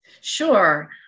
Sure